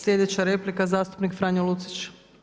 Sljedeća replika zastupnik Franjo Lucić.